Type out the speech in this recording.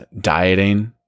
dieting